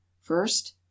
first